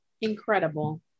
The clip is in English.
Incredible